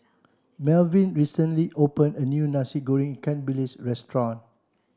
Melvin recently opened a new Nasi Goreng Ikan Bilis restaurant